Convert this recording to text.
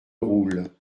roule